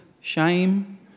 shame